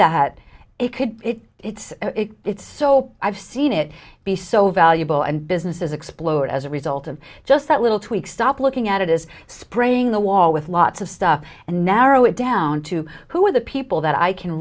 that it could it's it's so i've seen it be so valuable and businesses explode as a result of just that little tweak stop looking at it is spraying the wall with lots of stuff and narrow it down to who are the people that i can